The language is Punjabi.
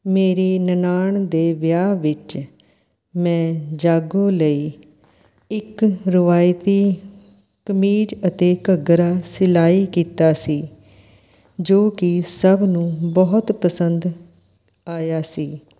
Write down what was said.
ਮੇਰੀ ਨਨਾਣ ਦੇ ਵਿਆਹ ਵਿੱਚ ਮੈਂ ਜਾਗੋ ਲਈ ਇੱਕ ਰਵਾਇਤੀ ਕਮੀਜ਼ ਅਤੇ ਘੱਗਰਾ ਸਿਲਾਈ ਕੀਤਾ ਸੀ ਜੋ ਕਿ ਸਭ ਨੂੰ ਬਹੁਤ ਪਸੰਦ ਆਇਆ ਸੀ